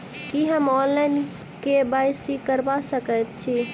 की हम online, KYC करा सकैत छी?